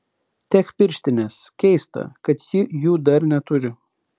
tech pirštinės keista kad ji jų dar neturi